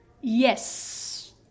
Yes